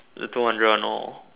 the two hundred one lor